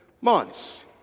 months